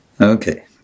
Okay